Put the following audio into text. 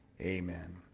amen